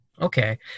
Okay